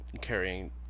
Carrying